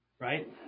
right